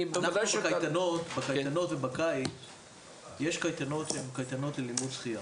בקיץ יש קייטנות שהן קייטנות ללימוד שחייה,